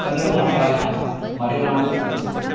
कन्नडभाषायां मलेनाडु इत्युच्यते